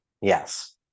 Yes